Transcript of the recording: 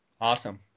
Awesome